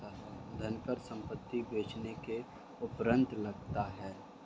धनकर संपत्ति बेचने के उपरांत लगता है